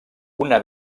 una